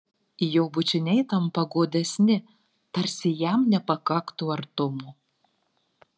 jo bučiniai tampa godesni tarsi jam nepakaktų artumo